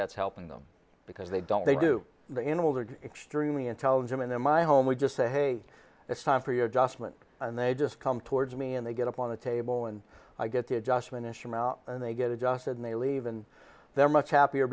that's helping them because they don't they do the animals are extremely intelligent and then my home would just say hey it's time for your just went and they just come towards me and they get up on the table and i get the adjustment issues and they get adjusted and they leave and they're much happier